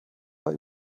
war